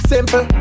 Simple